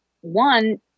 one